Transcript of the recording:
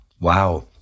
Wow